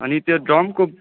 अनि त्यो ड्रमको